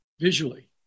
visually